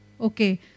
Okay